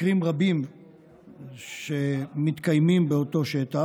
מקרים רבים שמתקיימים באותו שטח,